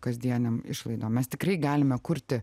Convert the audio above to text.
kasdienėm išlaidom mes tikrai galime kurti